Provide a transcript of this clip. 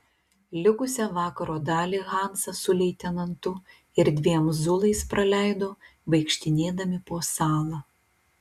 likusią vakaro dalį hansas su leitenantu ir dviem zulais praleido vaikštinėdami po salą